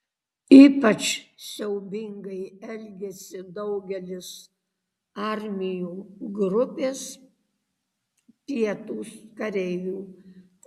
ypač siaubingai elgėsi daugelis armijų grupės pietūs kareivių